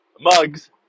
mugs